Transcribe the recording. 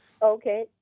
okay